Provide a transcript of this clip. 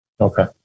Okay